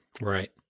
Right